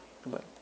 goodbye